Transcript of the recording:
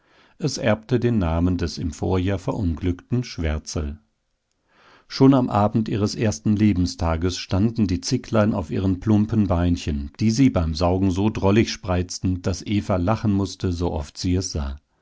es erbte den namen des im vorjahr verunglückten schwärzel schon am abend ihres ersten lebenstages standen die zicklein auf ihren plumpen beinchen die sie beim saugen so drollig spreizten daß eva lachen mußte sooft sie es sah